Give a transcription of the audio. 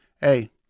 hey